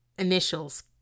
Initials